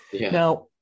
now